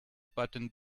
button